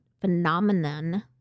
Phenomenon